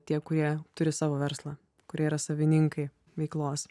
tie kurie turi savo verslą kurie yra savininkai veiklos